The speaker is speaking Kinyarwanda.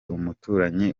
umuturanyi